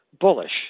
bullish